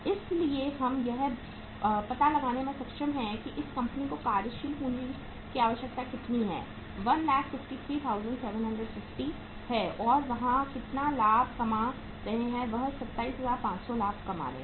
इसलिए हम यह पता लगाने में सक्षम हैं कि इस कंपनी की कार्यशील पूंजी की आवश्यकता कितनी है 153750 है और वाह कितना लाभ कमा रहे हैं वह 27500 लाभ कमा रहे हैं